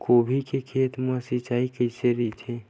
गोभी के खेत मा सिंचाई कइसे रहिथे?